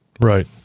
Right